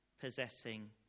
possessing